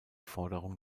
forderung